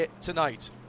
tonight